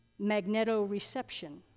magnetoreception